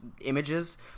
images